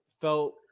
felt